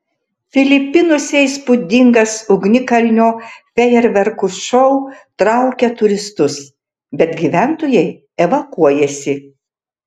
filipinuose įspūdingas ugnikalnio fejerverkų šou traukia turistus bet gyventojai evakuojasi